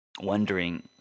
wondering